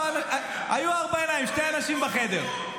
היו ארבע עיניים, שני אנשים בחדר.